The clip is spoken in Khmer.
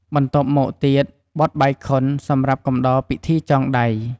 បន្ទាប់មកទៀត បទបាយខុន សម្រាប់កំដរពិធីចងដៃ។